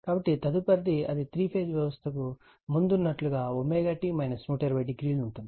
కాబట్టి తదుపరిది అది 3 ఫేజ్ వ్యవస్థకు ముందు ఉన్నట్లుగా t 120o ఉంటుంది